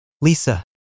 Lisa